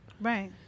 Right